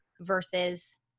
versus